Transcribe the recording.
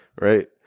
right